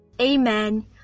Amen